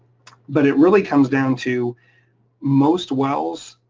but it really comes down to most wells,